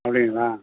அப்படிங்களா